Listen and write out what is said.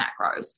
macros